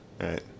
right